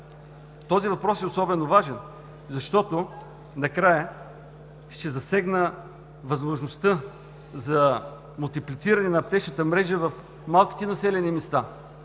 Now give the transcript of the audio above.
Този въпрос е особено важен, защото накрая ще засегна възможността за мултиплициране на аптечната мрежа в малките населени места.